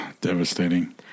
Devastating